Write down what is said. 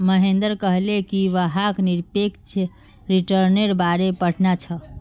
महेंद्र कहले कि वहाक् निरपेक्ष रिटर्न्नेर बारे पढ़ना छ